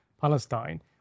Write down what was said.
Palestine